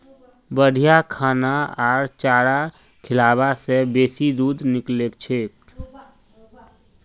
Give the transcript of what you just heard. बढ़िया खाना आर चारा खिलाबा से बेसी दूध निकलछेक